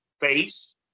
face